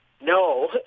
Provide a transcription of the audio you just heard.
no